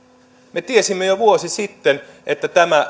me tiesimme jo vuosi sitten että tämä